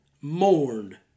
mourned